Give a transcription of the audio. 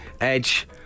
Edge